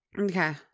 Okay